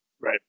Right